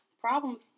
problems